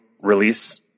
release